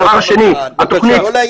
אדוני היושב-ראש, הוא מדבר כמה זמן לא לעניין.